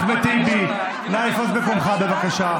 אחמד טיבי, אנא תפוס את מקומך, בבקשה.